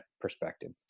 perspective